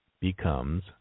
becomes